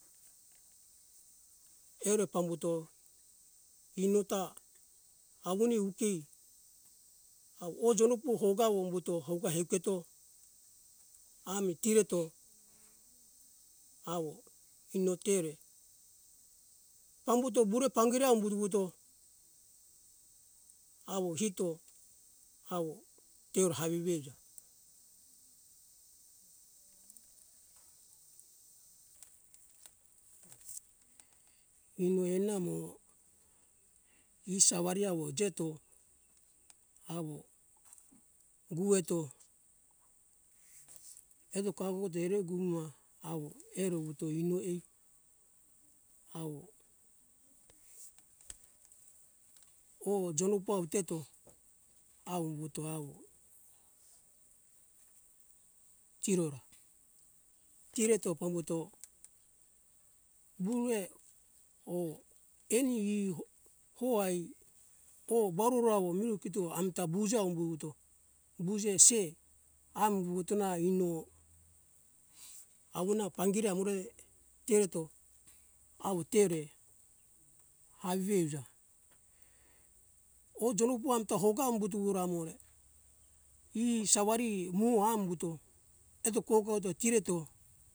Eore pambuto inuta aguni ukei aho jonopo hoga omboto hoga euketo ami tireto awo inotere pambuto vure pangiri am vuto vuto awo hito awo tehora havivi euja ino enamo e sawari awo jeto awo guweto eto kagote ere guma awo ero wuto ino ai awo oh jonupa uteto awo umbuto awo kirora tireto pambuto vue oh eni e ho ho ai or baroro awo miru kitu amta buji am vuwuto buji ese am vuwuto naino awuna pangiri awune tereto awo tere avei uja oh jonupa amta hoga ambuturu amore e sawari mu ah umbuto eto kogoto eto tireto